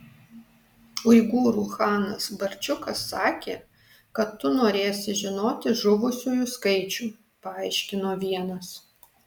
uigūrų chanas barčiukas sakė kad tu norėsi žinoti žuvusiųjų skaičių paaiškino vienas